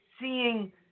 seeing